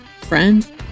friend